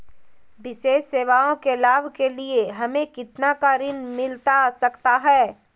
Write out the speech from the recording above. विशेष सेवाओं के लाभ के लिए हमें कितना का ऋण मिलता सकता है?